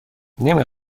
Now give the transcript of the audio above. نمی